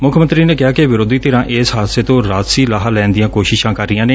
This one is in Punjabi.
ਮੁੱਖ ਮੰਤਰੀ ਨੇ ਕਿਹਾ ਕਿ ਵਿਰੋਧੀ ਧਿਰਾ ਇਸ ਹਾਦਸੇ ਤੋਂ ਰਾਜਸੀ ਲਾਹਾ ਲੈਣ ਦੀਆਂ ਕੋਸ਼ਿਸਾਂ ਕਰ ਰਹੀਆਂ ਨੇ